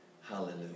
Hallelujah